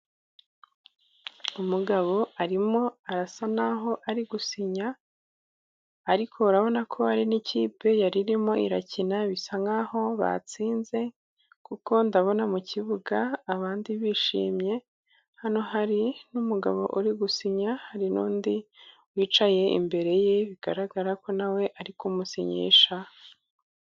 Umugabo arimo arasa naho ari gusinya, ariko urabona ko hari n'ikipe yari irimo irakina, bisa nkaho batsinze, kuko ndabona mu kibuga abandi bishimye, hano hari n'umugabo uri gusinya, hari n'undi wicaye imbere ye, bigaragara ko nawe ari kumusinyisha.